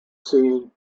scene